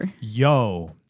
yo